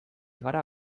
gara